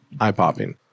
eye-popping